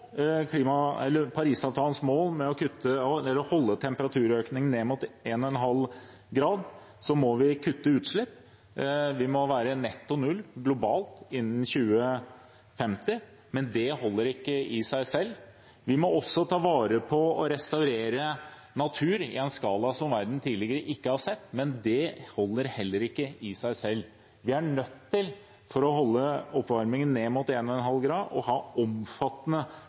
Parisavtalens mål og holde temperaturøkningen ned mot 1,5 grader, må vi kutte utslipp. Vi må være i netto null globalt innen 2050, men det holder ikke i seg selv. Vi må også ta vare på og restaurere natur i en skala som verden tidligere ikke har sett. Men det holder heller ikke i seg selv. For å holde oppvarmingen ned mot 1,5 grader er vi nødt til å ha omfattende